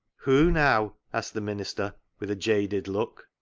who now? asked the minister, with a jaded look.